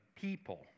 people